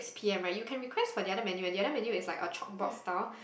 P_M right you can request for the other menu eh the other menu is like a chalk board style